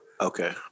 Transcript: Okay